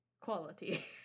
Quality